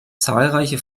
zahlreiche